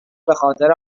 بخاطر